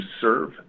serve